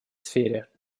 сфере